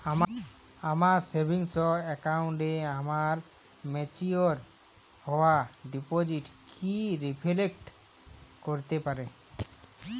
আমার সেভিংস অ্যাকাউন্টে আমার ম্যাচিওর হওয়া ডিপোজিট কি রিফ্লেক্ট করতে পারে?